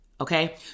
Okay